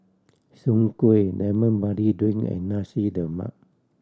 Soon Kueh Lemon Barley Drink and Nasi Lemak